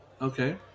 Okay